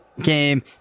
Game